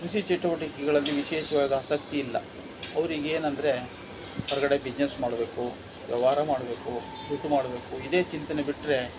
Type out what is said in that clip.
ಕೃಷಿ ಚಟುವಟಿಕೆಗಳಲ್ಲಿ ವಿಶೇಷವಾಗಿ ಆಸಕ್ತಿ ಇಲ್ಲ ಅವ್ರಿಗೆ ಏನಂದರೆ ಹೊರಗಡೆ ಬಿಜ್ನೆಸ್ ಮಾಡಬೇಕು ವ್ಯವಹಾರ ಮಾಡಬೇಕು ದುಡ್ಡು ಮಾಡಬೇಕು ಇದೇ ಚಿಂತೆನೇ ಬಿಟ್ಟರೆ